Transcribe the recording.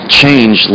change